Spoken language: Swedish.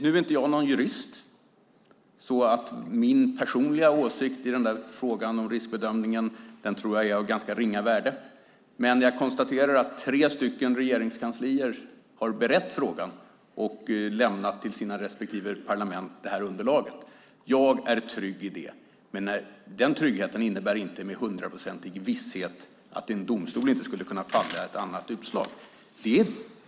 Nu är inte jag någon jurist så min personliga åsikt i frågan om riskbedömningen tror jag är av ganska ringa värde, men jag konstaterar att tre regeringskanslier har berett frågan och lämnat underlaget till sina respektive parlament. Jag är trygg i det, men den tryggheten innebär inte med hundraprocentig visshet att en domstol inte skulle kunna fälla ett annat utslag.